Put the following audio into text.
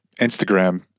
instagram